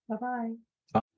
Bye-bye